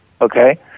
Okay